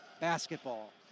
basketball